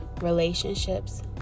Relationships